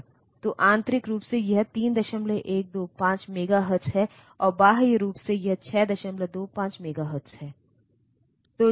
तो आंतरिक रूप से यह 3125 मेगाहर्ट्ज़ है और बाह्य रूप से यह 625 मेगाहर्ट्ज़ है